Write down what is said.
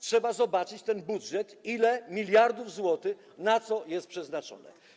Trzeba zobaczyć ten budżet, ile miliardów złotych na co jest przeznaczone.